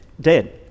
Dead